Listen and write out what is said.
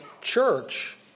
church